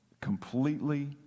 completely